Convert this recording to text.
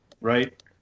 right